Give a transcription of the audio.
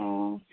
অঁ